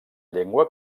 llengua